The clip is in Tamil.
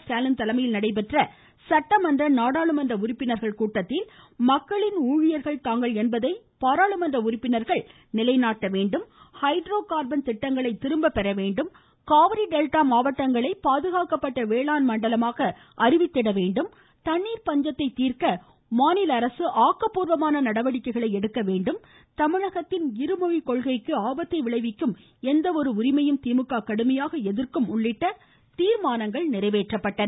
ஸ்டாலின் தலைமையில் நடைபெற்ற சட்டமன்ற நாடாளுமன்ற உறுப்பினர்கள் கூட்டத்தில் மக்களின் ஊழியர்கள் தாங்கள் என்பதை பாராளுமன்ற உறுப்பினர்கள் நிலை நாட்ட வேண்டும் ஹைட்ரோ கார்பன் திட்டங்களை திரும்ப பெற வேண்டும் காவிரி டெல்டா மாவட்டங்களை பாதுகாக்கப்பட்ட வேளாண் மண்டலமாக அறிவித்திட வேண்டும் தண்ணீர் பஞ்சத்தை தீர்க்க மாநில ஆக்கப்பூர்வமான நடவடிக்கை எடுக்க வேண்டும் தமிழகத்தின் இரு மொழிக்கொள்கைக்கு ஆபத்தை விளைவிக்கும் எந்த ஒரு உரிமையும் திமுக கடுமையாக எதிர்க்கும் உள்ளிட்ட கீர்மானங்கள் நிறைவேற்றப்பட்டன